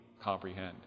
comprehend